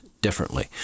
differently